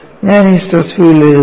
ഞാൻ ഈ stress field എഴുതുകയാണ്